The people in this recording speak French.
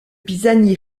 pisani